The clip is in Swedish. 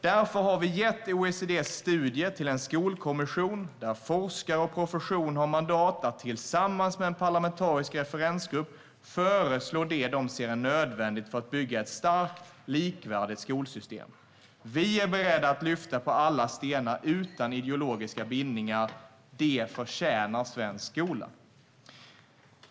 Därför har vi gett OECD:s studie till en skolkommission där forskare och profession har mandat att tillsammans med en parlamentarisk referensgrupp föreslå det som de ser som nödvändigt för att bygga ett starkt, likvärdigt skolsystem. Vi är beredda att lyfta på alla stenar utan ideologiska bindningar. Det förtjänar svensk skola.